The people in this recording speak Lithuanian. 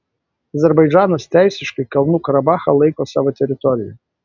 azerbaidžanas teisiškai kalnų karabachą laiko savo teritorija